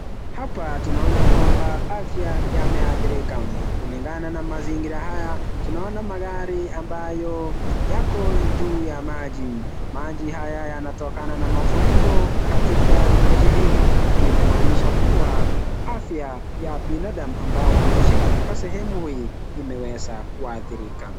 Hapa tunaona kwamba afya yameadhirika kulingana na mazingira haya tunaona magari ambayo yako juu ya maji. Maji haya yanatokana na mafuriko katika nchi hii. Hii inamaanisha kuwa afya ya binadamu ambao wanaishi katika sehemu hii imeweza kuadhirika.